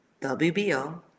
WBO